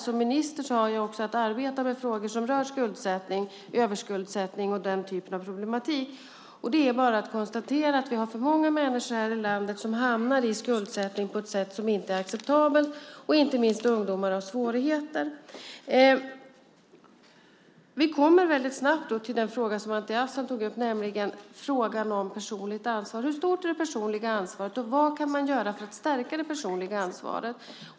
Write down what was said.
Som minister har jag också att arbeta med frågor som rör skuldsättning, överskuldsättning och den typen av problem. Det är bara att konstatera att det finns för många människor här i landet som hamnar i skuldsättning på ett sätt som inte är acceptabelt, och inte minst ungdomar har svårigheter. Vi kommer väldigt snabbt till den fråga som Anti Avsan tog upp, nämligen frågan om personligt ansvar. Hur stort är det personliga ansvaret? Vad kan man göra för att stärka det personliga ansvaret?